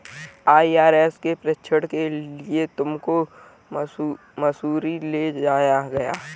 IRS के प्रशिक्षण के लिए तुमको मसूरी ले जाया जाएगा